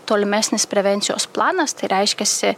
tolimesnis prevencijos planas tai reiškiasi